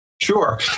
Sure